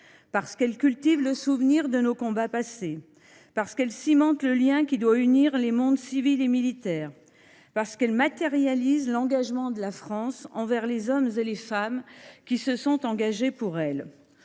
Parce qu’elle cultive le souvenir de nos combats passés. Parce qu’elle cimente le lien qui doit unir les mondes civil et militaire. Parce qu’elle matérialise l’engagement de la France envers les hommes et les femmes qui se sont battus pour elle.